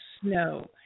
snow